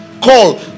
call